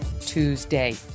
Tuesday